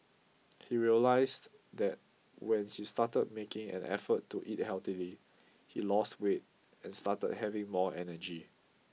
he realised that when he started making an effort to eat healthily he lost weight and started having more energy